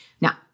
Now